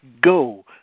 go